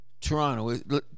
toronto